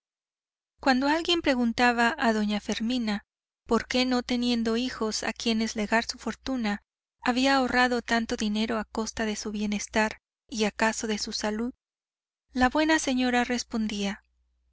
cuando alguien preguntaba a doña fermina por qué no teniendo hijos a quienes legar su fortuna había ahorrado tanto dinero a costa de su bienestar y acaso de su salud la buena señora respondía